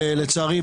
לצערי,